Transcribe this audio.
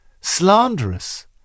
slanderous